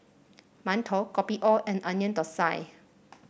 mantou Kopi O and Onion Thosai